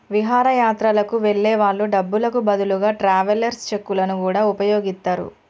విహారయాత్రలకు వెళ్ళే వాళ్ళు డబ్బులకు బదులుగా ట్రావెలర్స్ చెక్కులను గూడా వుపయోగిత్తరు